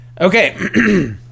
Okay